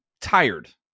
tired